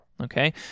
Okay